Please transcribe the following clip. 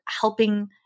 helping